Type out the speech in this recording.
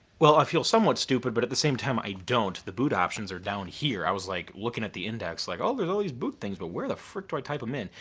well i feel somewhat stupid but at the same time i don't. the boot options are down here. i was like looking at the index like, oh, there's all these boot things but where the frick do i type them in?